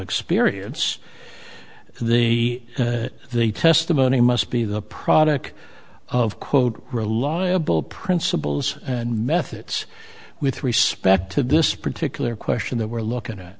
experience the the testimony must be the product of quote reliable principles and methods with respect to this particular question that we're looking at